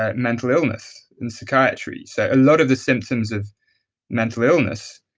ah mental illness in psychiatry, so a lot of the symptoms of mental illness.